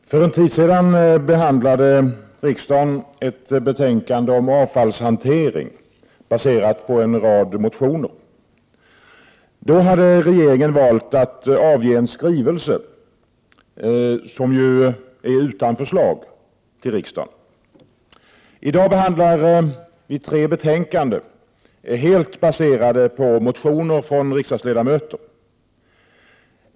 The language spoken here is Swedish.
Herr talman! För en tid sedan behandlade riksdagen ett betänkande om avfallshantering, som var baserat på en rad motioner. Då hade regeringen valt att avge en skrivelse, som ju inte innehåller förslag till riksdagen. I dag behandlar vi tre betänkanden som helt är baserade på motioner från riksdagsledamöter.